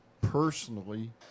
personally